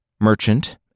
merchant